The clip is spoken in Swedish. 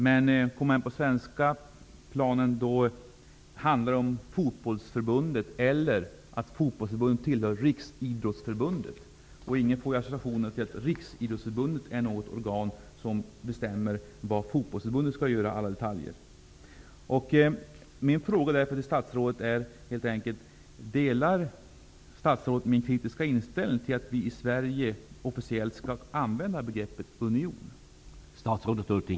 Men på den svenska fotbollsplanen handlar det om fotbollsförbundet eller att fotbollsförbundet ingår i Riksidrottsförbundet. Ingen får associationer till att Riksidrottsförbundet är ett organ som bestämmer vad fotbollsförbundet skall göra i alla detaljer. Delar statsrådet min kritiska inställning till att vi i Sverige officiellt skall använda begreppet union?